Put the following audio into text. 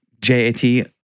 J-A-T